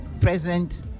present